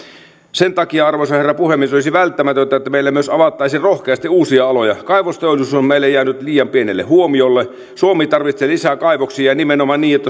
sen takia arvoisa herra puhemies olisi välttämätöntä että meille myös avattaisiin rohkeasti uusia aloja kaivosteollisuus on meillä jäänyt liian pienelle huomiolle suomi tarvitsee lisää kaivoksia ja nimenomaan